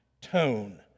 tone